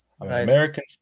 American